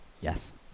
Yes